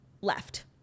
left